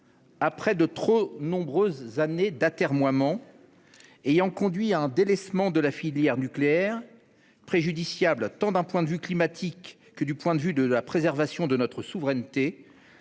Après de trop nombreuses années d'atermoiements, ayant conduit à un délaissement de la filière nucléaire, préjudiciable pour le climat, mais aussi pour la préservation de notre souveraineté,